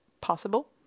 possible